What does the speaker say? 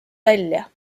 välja